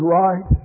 right